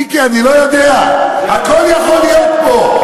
לך תלמד, מיקי, אני לא יודע, הכול יכול להיות פה.